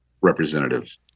representatives